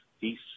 peace